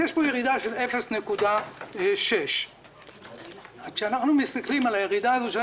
יש פה ירידה של 0.6%. כשאנחנו מסתכלים על הירידה הזאת,